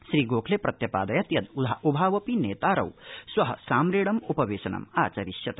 श्रीगोखले प्रत्यपादयत् यदभावपि नेतारौ श्व साप्रेडम उपवेशनम आचरिष्यत